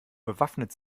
bewaffnet